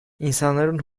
i̇nsanların